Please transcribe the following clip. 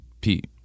Pete